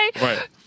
right